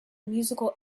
musical